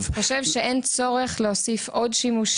--- חושב שאין צורך להוסיף עוד שימושים.